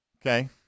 Okay